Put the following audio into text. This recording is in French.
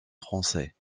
français